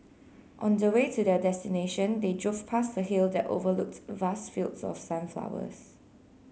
on the way to their destination they drove past a hill that overlooked vast fields of sunflowers